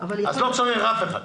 אז לא צריך אף אחד.